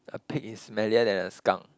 a pig is smellier than a skunk